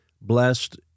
blessed